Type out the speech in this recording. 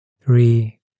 three